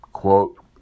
quote